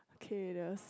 K the